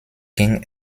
ging